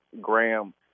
Graham